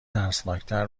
ترسناکتر